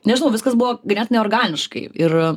nežinau viskas buvo ganėtinai organiškai ir